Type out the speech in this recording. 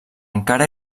encara